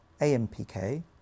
AMPK